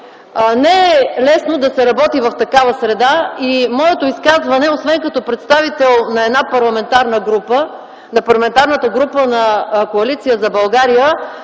Не е лесно да се работи в такава среда и моето изказване освен като представител на една парламентарна група – на Парламентарната